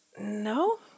no